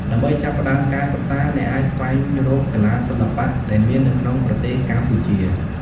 ដើម្បីចាប់ផ្ដើមការសិក្សា អ្នកអាចស្វែងរកសាលាសិល្បៈដែលមាននៅក្នុងប្រទេសកម្ពុជា។